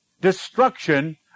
destruction